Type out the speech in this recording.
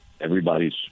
Everybody's